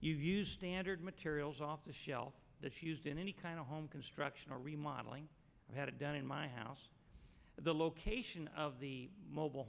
you use standard materials off the shelf that's used in any kind of home construction or remodelling i had done in my house the location of the mobile